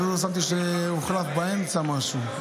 אפילו לא שמתי לב שהוחלף באמצע משהו.